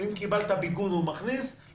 ואם קיבלת דמי ביגוד הוא מכניס את זה,